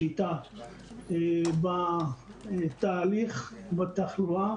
את השליטה בתהליך בתחלואה,